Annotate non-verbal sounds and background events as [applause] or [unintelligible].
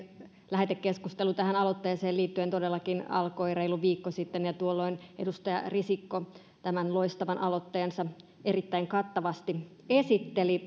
lähetekeskustelu tähän aloitteeseen liittyen todellakin alkoi reilu viikko sitten ja tuolloin edustaja risikko tämän loistavan aloitteensa erittäin kattavasti esitteli [unintelligible]